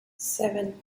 seven